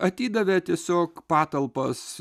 atidavė tiesiog patalpas